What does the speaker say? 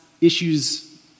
issues